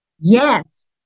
Yes